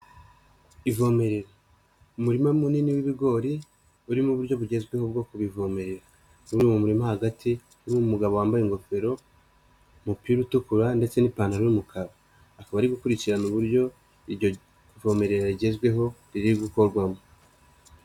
Ivomerera, umurima munini w'ibigori urimo uburyo bugezweho bwo kubivomerera, bisa n'aho mu murima hagati harimo umugabo wambaye ingofero n'umupira utukura ndetse n'ipantaro y'umukara, akaba ari gukurikirana uburyo iryo vomerera rigezweho riri gukorwamo.